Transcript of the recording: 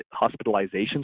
hospitalizations